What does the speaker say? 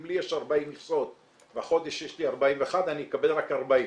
אם לי יש 40 מכסות והחודש יש לי 41 אני אקבל רק 40,